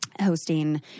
hosting